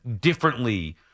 differently